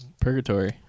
Purgatory